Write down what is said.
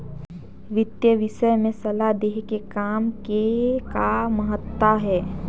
वितीय विषय में सलाह देहे के काम के का महत्ता हे?